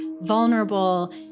vulnerable